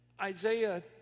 Isaiah